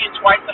twice